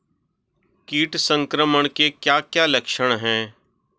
कीट संक्रमण के क्या क्या लक्षण हैं?